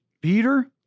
Peter